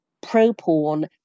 pro-porn